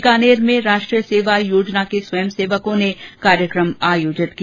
बीकानेर में राष्ट्रीय सेवा योजना के स्वयंसेवकों ने कार्यक्रम आयोजित किया